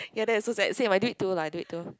ya that is so sad say I did too lah I did it too